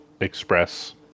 express